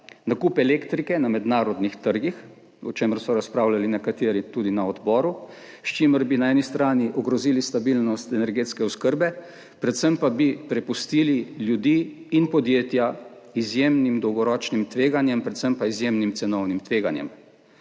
Nakup elektrike na mednarodnih trgih, o čemer so razpravljali nekateri tudi na odboru, s čimer bi na eni strani ogrozili stabilnost energetske oskrbe, predvsem pa bi prepustili ljudi in podjetja izjemnim dolgoročnim tveganjem, predvsem pa izjemnim cenovnim tveganjem.